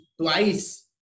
twice